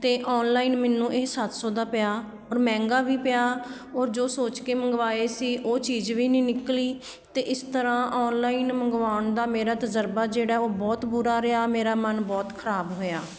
ਅਤੇ ਔਨਲਾਈਨ ਮੈਨੂੰ ਇਹ ਸੱਤ ਸੌ ਦਾ ਪਿਆ ਔਰ ਮਹਿੰਗਾ ਵੀ ਪਿਆ ਔਰ ਜੋ ਸੋਚ ਕੇ ਮੰਗਵਾਏ ਸੀ ਉਹ ਚੀਜ਼ ਵੀ ਨਹੀਂ ਨਿਕਲੀ ਅਤੇ ਇਸ ਤਰ੍ਹਾਂ ਔਨਲਾਈਨ ਮੰਗਵਾਉਣ ਦਾ ਮੇਰਾ ਤਜ਼ਰਬਾ ਜਿਹੜਾ ਉਹ ਬਹੁਤ ਬੁਰਾ ਰਿਹਾ ਮੇਰਾ ਮਨ ਬਹੁਤ ਖਰਾਬ ਹੋਇਆ